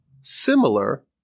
similar